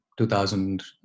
2000